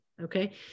Okay